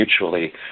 mutually